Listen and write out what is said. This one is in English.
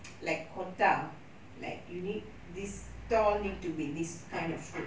like quota like unique this stall need to be this kind of food